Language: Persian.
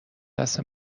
دست